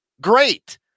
great